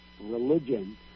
religion